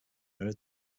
mirrored